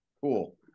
Cool